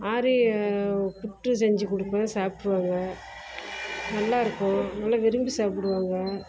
ஆரிய புட்டு செஞ்சுக் கொடுப்பேன் சாப்பிட்ருவாங்க நல்லாயிருக்கும் நல்ல விரும்பி சாப்பிடுவாங்க